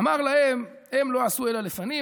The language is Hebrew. אמר להם: "הם לא עשו אלא לפנים,